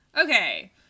Okay